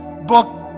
book